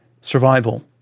survival